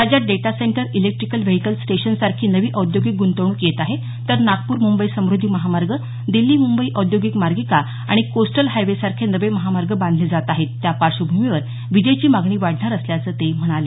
राज्यात data centre electrical vehicle स्टेशनसारखी नवी औद्योगिक गुंतवणूक येत आहे तर नागपूर मुंबई समुद्धी महामार्ग दिल्ली मुंबई औद्योगिक मार्गिका आणि कोस्टल हायवेसारखे नवे महामार्ग बांधले जात आहेत त्या पार्श्वभूमीवर वीजेची मागणी वाढणार असल्याचं ते म्हणाले